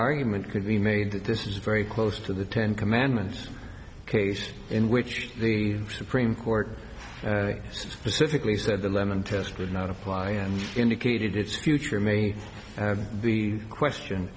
argument could be made that this is very close to the ten commandments case in which the supreme court civically said the lemon test would not apply indicated it's future may the question